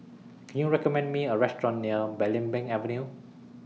Can YOU recommend Me A Restaurant near Belimbing Avenue